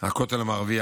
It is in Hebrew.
הכותל המערבי,